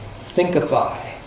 Thinkify